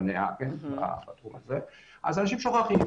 אנשים שוכחים.